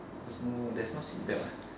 there's no there's no seat belt leh